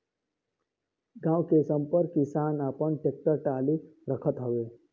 गांव के संपन्न किसान आपन टेक्टर टाली रखत हवे